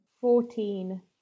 Fourteen